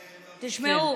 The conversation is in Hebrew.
תשמעו.